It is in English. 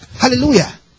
Hallelujah